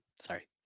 Sorry